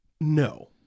No